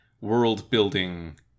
world-building